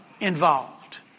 involved